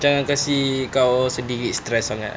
jangan kasi kau sendiri stress sangat